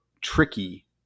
tricky